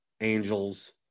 Angels